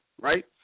right